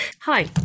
hi